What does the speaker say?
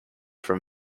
from